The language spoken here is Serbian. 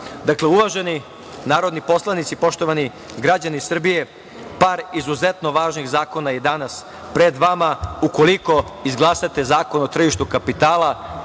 dana. Dakle, uvaženi narodni poslanici, poštovani građani Srbije, par izuzetno važnih zakona je danas pred vama. Ukoliko izglasate Zakon o tržištu kapitala